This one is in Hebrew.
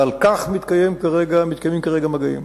ועל כך מתקיימים כרגע מגעים,